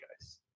guys